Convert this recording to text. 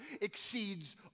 exceeds